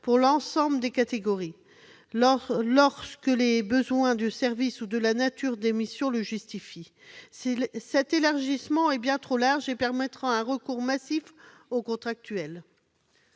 à l'ensemble des catégories, lorsque les besoins du service ou la nature des missions le justifient. Cet élargissement est bien trop large et permettra un recours massif aux contractuels.